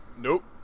Nope